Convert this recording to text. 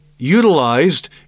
utilized